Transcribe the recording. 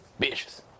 Bitches